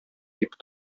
дип